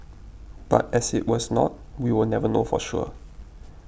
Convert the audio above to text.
but as it was not we will never know for sure